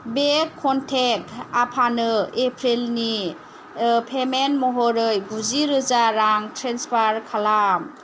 बे कनटेक्ट आफानो एप्रिलनि पेमेन्ट महरै गुजिरोजा रां ट्रेन्सफार खालाम